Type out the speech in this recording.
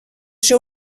ser